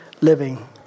living